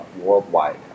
worldwide